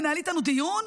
לנהל איתנו דיון?